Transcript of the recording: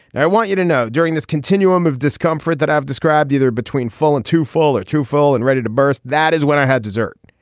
i want you to know during this continuum of discomfort that i've described, either between fallen to fall or to fall and ready to burst. that is when i had dessert.